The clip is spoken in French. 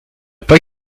pas